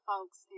folks